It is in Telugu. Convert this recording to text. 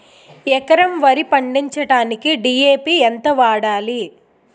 ఎకరం వరి పండించటానికి డి.ఎ.పి ఎంత వాడాలి?